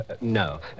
no